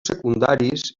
secundaris